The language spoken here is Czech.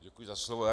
Děkuji za slovo.